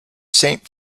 saint